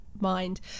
Mind